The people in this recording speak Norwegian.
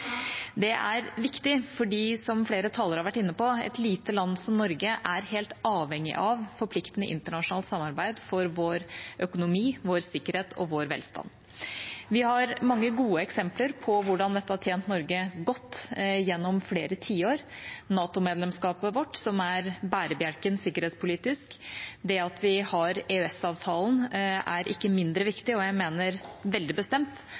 Det er viktig fordi, som flere talere har vært inne på, et lite land som Norge er helt avhengig av forpliktende internasjonalt samarbeid for vår økonomi, vår sikkerhet og vår velstand. Vi har mange gode eksempler på hvordan dette har tjent Norge godt gjennom flere tiår – NATO-medlemskapet vårt, som er bærebjelken sikkerhetspolitisk, det at vi har EØS-avtalen er ikke mindre viktig, og jeg mener veldig bestemt